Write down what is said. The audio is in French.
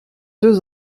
deux